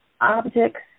objects